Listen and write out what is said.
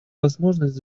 возможность